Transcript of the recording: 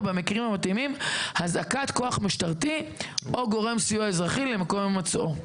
ובמקרים המתאימים הזעקת כוח משטרתי או גורם סיוע אזרחי למקום הימצאו,